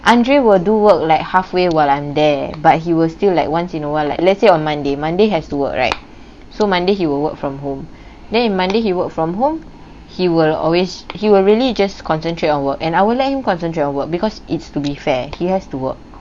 andre will do work like halfway while I'm there but he will still like once in awhile like let's say on monday monday has to work right so monday he will work from home then if monday he worked from home he will always he were really just concentrate on work and I will let him concentrate on work because it's to be fair he has to work